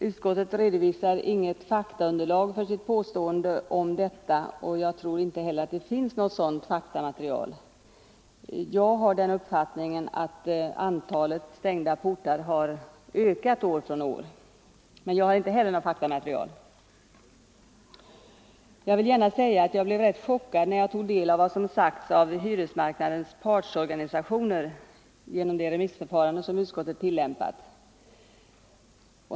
Utskottet redovisar inget underlag för sitt påstående om detta, och jag tror inte heller att det finns något sådant faktamaterial. Jag har den uppfattningen att antalet stängda portar ökar år från år, men inte heller jag har något faktamaterial. ö 25 Jag vill säga att jag blev rätt chockad när jag tog del av vad som sagts av hyresmarknadens partsorganisationer i den remissbehandling som utskottet genomfört.